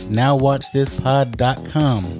nowwatchthispod.com